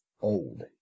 old